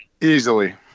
Easily